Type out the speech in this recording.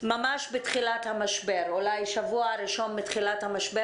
ממש בתחילת המשבר אולי בשבוע הראשון מתחילת המשבר